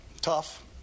tough